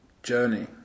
Journey